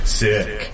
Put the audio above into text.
sick